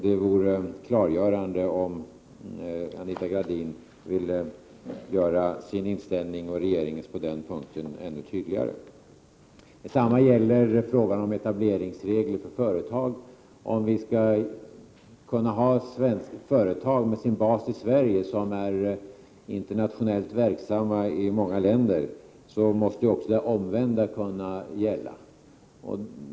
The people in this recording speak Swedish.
Det vore klargörande om Anita Gradin ville förtydliga sin och regeringens inställning på den punkten. Detsamma gäller frågan om etableringsregler för företagen. Om företag som är internationellt verksamma i många länder skall kunna ha sin bas i Sverige måste också det omvända kunna gälla.